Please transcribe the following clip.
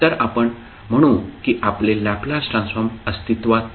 तर आपण म्हणू की आपले लॅपलास ट्रान्सफॉर्म अस्तित्त्वात नाही